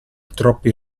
troppi